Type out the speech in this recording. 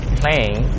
playing